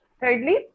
Thirdly